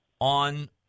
on